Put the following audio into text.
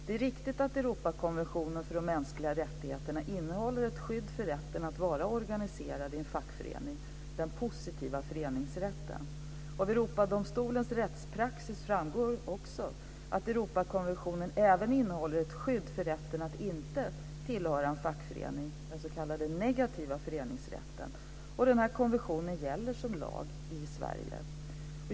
Det är riktigt att Europakonventionen för de mänskliga rättigheterna innehåller ett skydd för rätten att vara organiserad i en fackförening - den positiva föreningsrätten. Av Europadomstolens rättspraxis framgår också att Europakonventionen även innehåller ett skydd för rätten att inte tillhöra en fackförening - den s.k. negativa föreningsrätten. Denna konvention gäller som lag i Sverige.